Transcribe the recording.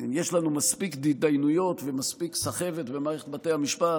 יש לנו מספיק התדיינויות ומספיק סחבת במערכת בתי המשפט.